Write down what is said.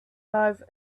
life